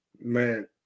Man